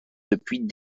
depuis